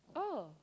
oh